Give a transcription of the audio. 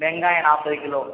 வெங்காயம் நாற்பது கிலோ